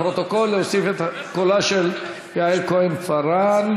לפרוטוקול, להוסיף את קולה של יעל כהן-פארן.